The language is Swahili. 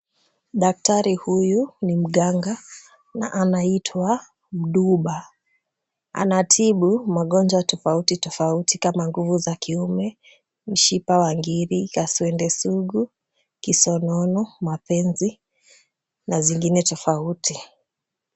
Daktari huyu ni mganga na anaitwa Bduba. Anatibu magonjwa tofauti tofauti kama nguvu za kiume, mshipa wa ngiri, kaswende sugu, kisonono, mapenzi na zingine tofauti.